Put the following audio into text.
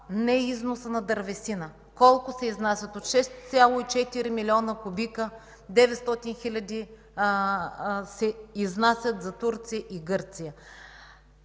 не износът на дървесина. Колко се изнасят – от 6,4 млн. кубика 900 хил. кубика се изнасят за Турция и Гърция.